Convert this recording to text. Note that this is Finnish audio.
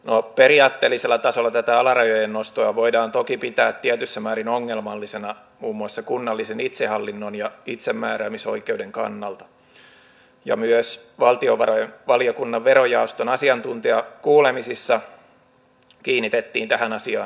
no periaatteellisella tasolla tätä alarajojen nostoa voidaan toki pitää tietyssä määrin ongelmallisena muun muassa kunnallisen itsehallinnon ja itsemääräämisoikeuden kannalta ja myös valtiovarainvaliokunnan verojaoston asiantuntijakuulemisissa kiinnitettiin tähän asiaan huomiota